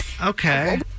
Okay